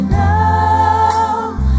now